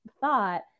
thought